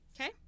Okay